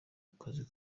kazi